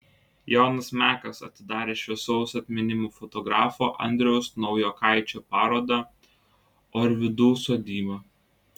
jonas mekas atidarė šviesaus atminimo fotografo audriaus naujokaičio parodą orvidų sodyba